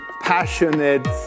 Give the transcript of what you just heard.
passionate